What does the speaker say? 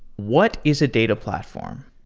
what is a data platform?